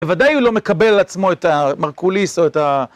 בוודאי הוא לא מקבל עלע צמו את המרקוליס או את ה...